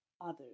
others